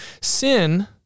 Sin